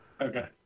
Okay